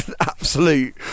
absolute